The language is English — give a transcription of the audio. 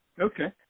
Okay